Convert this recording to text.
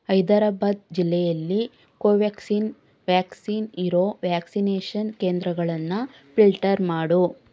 ಹೈದರಾಬಾದ್ ಜಿಲ್ಲೆಯಲ್ಲಿ Covaxin vaccine ಇರೋ vaccination ಕೇಂದ್ರಗಳನ್ನು ಪಿಲ್ಟರ್ ಮಾಡು